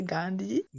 Gandhi